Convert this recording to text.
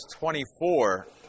24